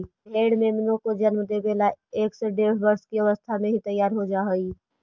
भेंड़ मेमनों को जन्म देवे ला एक से डेढ़ वर्ष की अवस्था में ही तैयार हो जा हई